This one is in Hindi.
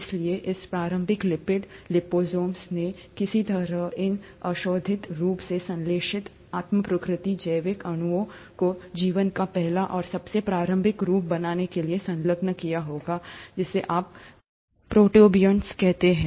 इसलिए इन प्रारंभिक लिपिड लिपोसोमों ने किसी तरह इन अघोषित रूप से संश्लेषित आत्म प्रतिकृति जैविक अणुओं को जीवन का पहला और सबसे प्रारंभिक रूप बनाने के लिए संलग्न किया होगा जिसे आप प्रोटोबिएंट्स कहते हैं